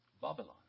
Babylon